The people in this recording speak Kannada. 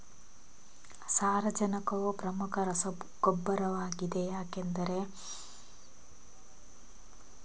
ಸಾರಜನಕವು ಏಕೆ ಪ್ರಮುಖ ರಸಗೊಬ್ಬರವಾಗಿದೆ?